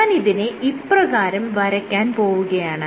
ഞാനിതിനെ ഇപ്രകാരം വരയ്ക്കാൻ പോവുകയാണ്